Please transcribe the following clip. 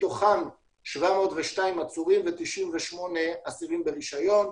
מתוכם 702 עצורים ו-98 אסירים ברישיון.